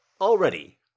Already